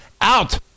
out